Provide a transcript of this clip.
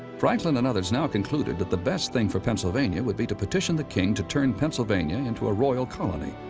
franklin and others now concluded that the best thing for pennsylvania would be to petition the king to turn pennsylvania into a royal colony,